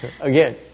Again